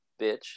bitch